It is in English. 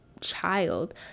child